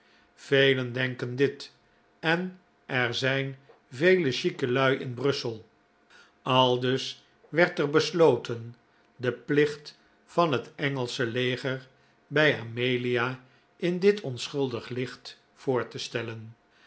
velen denken dit en er zijn vele chique lui in brussel aldus werd er besloten den plicht van het engelsche leger bij amelia in dit onschuldig licht voor te stellen